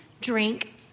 drink